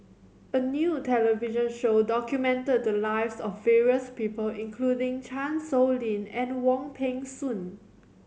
a new television show documented the lives of various people including Chan Sow Lin and Wong Peng Soon